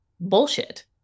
bullshit